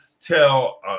tell